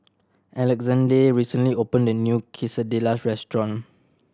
Alexande recently opened a new Quesadillas restaurant